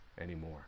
Anymore